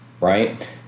right